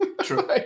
True